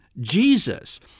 Jesus